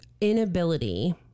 inability